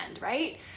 right